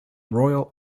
royal